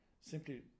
simply